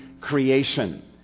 creation